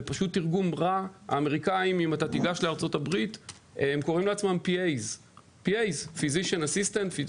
האמריקנים בארצות הברית קוראים לעצמם PA. זה